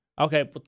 Okay